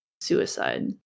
suicide